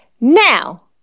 now